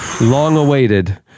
long-awaited